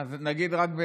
נגיד רק,